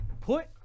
Put